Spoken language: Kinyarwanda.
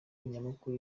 nyamukuru